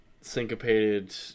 syncopated